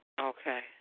Okay